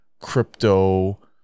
crypto